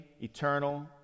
eternal